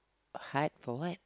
hard for what